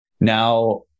Now